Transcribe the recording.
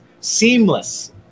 Seamless